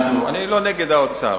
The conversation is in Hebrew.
אני לא נגד האוצר.